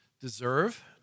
deserve